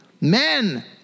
Men